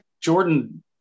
Jordan